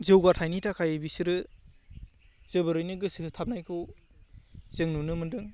जौगाथाइनि थाखाय बिसोरो जोबोरैनो गोसो होथाबनायखौ जों नुनो मोन्दों